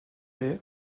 est